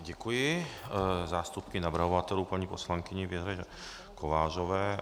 Děkuji zástupkyni navrhovatelů, paní poslankyni Věře Kovářové.